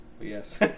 Yes